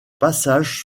passage